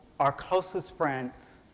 our closest friends,